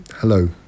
Hello